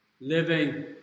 Living